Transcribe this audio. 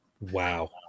Wow